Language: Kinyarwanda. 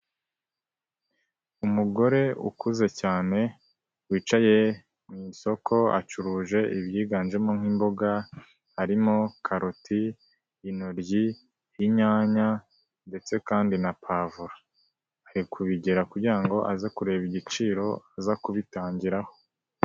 Umugore ukuze cyane wicaye mu isoko, acuruje ibyiganjemo nk'imboga, harimo karoti, inoryi, inyanya, ndetse kandi na pavuro ari kubigera kugira ngo aze kureba igiciro aza kubitangiraho.